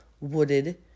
wooded